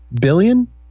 billion